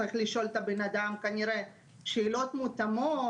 צריך לשאול את הבן-אדם כנראה שאלות מותאמות.